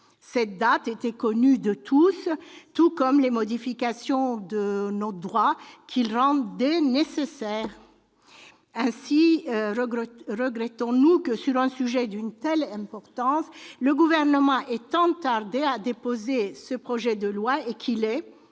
Cette date était connue de tous, tout comme les modifications de notre droit qu'ils rendaient nécessaires. Aussi regrettons-nous que, sur un sujet d'une telle importance, le Gouvernement ait tant tardé à déposer ce projet de loi et qu'il ait,